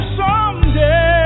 someday